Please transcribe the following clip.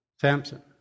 Samson